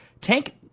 Tank